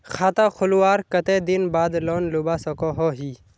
खाता खोलवार कते दिन बाद लोन लुबा सकोहो ही?